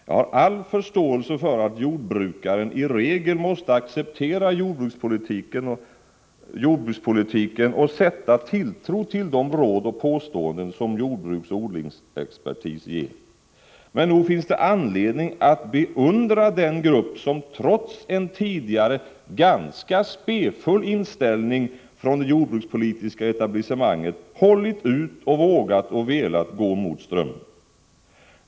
Jag har all förståelse för att jordbrukaren i regel måste acceptera jordbrukspolitiken och sätta tilltro till de råd och påståenden som jordbruksoch odlingsexpertis ger. Men nog finns det anledning att beundra den grupp som trots en tidigare ganska spefull inställning från det jordbrukspolitiska etablissemanget hållit ut och vågat och velat gå emot strömmen.